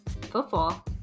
Football